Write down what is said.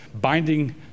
binding